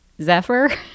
Zephyr